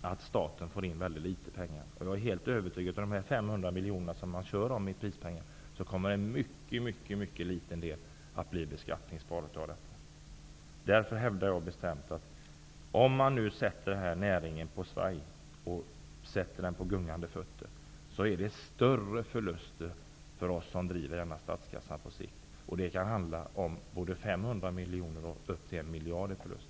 att staten får in väldigt litet pengar på detta. Jag är helt övertygad om att av de 500 miljoner i prispengar som man kör om, kommer en mycket liten del att bli beskattningsbar. Därför hävdar jag bestämt att om man sätter denna näring i svaj, låter den vila på gungande fötter, blir det stora förluster för statskassan på sikt. Det kan handla om 500 miljoner upp till 1 miljard i förlust.